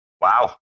Wow